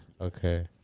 Okay